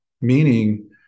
meaning